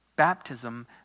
Baptism